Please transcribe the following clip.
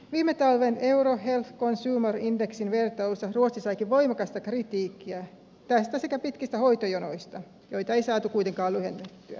viime talven euro health consumer indexin vertailussa ruotsi saikin voimakasta kritiikkiä tästä sekä pitkistä hoitojonoista joita ei saatu kuitenkaan lyhennettyä